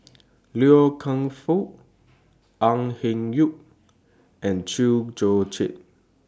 Loy Keng Foo Au Hing Yee and Chew Joo Chiat